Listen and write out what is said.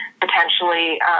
potentially